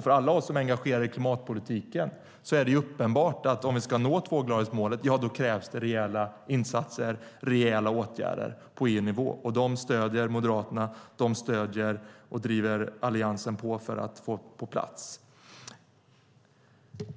För alla oss som är engagerade i klimatpolitiken är det uppenbart att om vi ska nå tvågradersmålet krävs det rejäla insatser och rejäla åtgärder på EU-nivå, och sådana stöder Moderaterna och sådana stöder och driver Alliansen på för att få på plats.